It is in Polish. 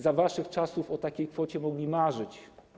Za waszych czasów o takiej kwocie mogli marzyć.